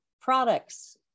products